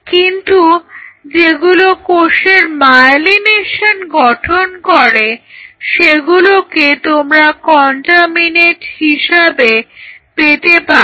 কিন্তু যেগুলো কোষের মায়োলিনেশন গঠন করে সেগুলোকে তোমরা কন্টামিনেট হিসাবে পেতে পারো